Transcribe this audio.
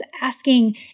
asking